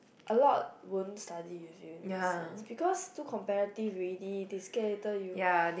a lot won't study with you in person because too comparative already they scared you